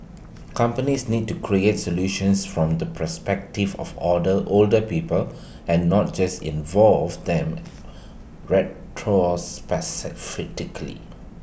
companies need to create solutions from the perspective of older older people and not just involve them